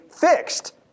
fixed